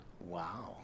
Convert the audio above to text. Wow